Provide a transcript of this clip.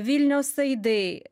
vilniaus aidai